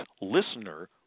listener